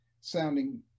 sounding